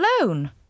alone